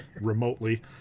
remotely